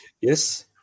Yes